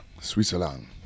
Switzerland